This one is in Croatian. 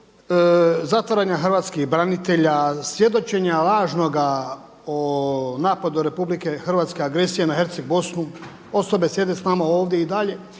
zatvaranja hrvatskih branitelja, svjedočenja lažnoga o napadu Republike Hrvatske, agresije na Herceg Bosnu. Osobe sjede sa nama ovdje i dalje.